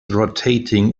rotating